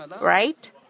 right